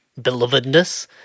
belovedness